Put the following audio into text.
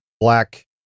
Black